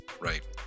Right